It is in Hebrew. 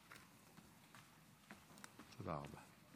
מכובדי היושב-ראש,